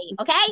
okay